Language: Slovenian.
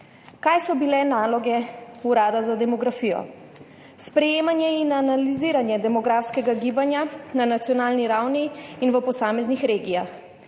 Kaj so bile naloge Urada za demografijo? Sprejemanje in analiziranje demografskega gibanja na nacionalni ravni in v posameznih regijah,